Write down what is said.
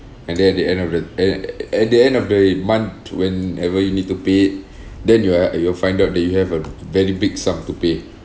and then at the end of the at at the end of the month whenever you need to pay it then you are and you will find out that you have a very big sum to pay